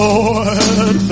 Lord